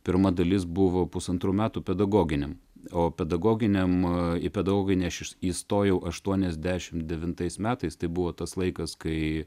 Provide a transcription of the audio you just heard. pirma dalis buvo pusantrų metų pedagoginiam o pedagoginiam į pedovainešius įstojau aštuoniasdešimt devintais metais tai buvo tas laikas kai